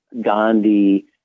Gandhi